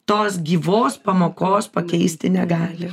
tos gyvos pamokos pakeisti negali